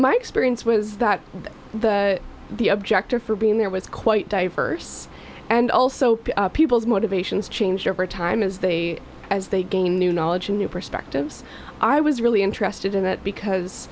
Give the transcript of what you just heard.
my experience was that the objective for being there was quite diverse and also people's motivations change over time as they as they gain new knowledge and new perspectives i was really interested in it because